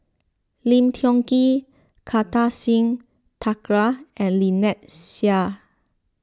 Lim Tiong Ghee Kartar Singh Thakral and Lynnette Seah